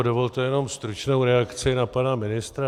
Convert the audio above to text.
Dovolte jenom stručnou reakci na pana ministra.